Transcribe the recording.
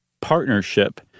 partnership